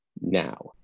now